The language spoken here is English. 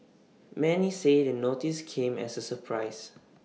many say the notice came as A surprise